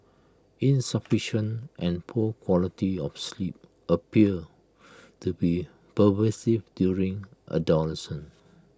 insufficient and poor quality of sleep appear to be pervasive during adolescence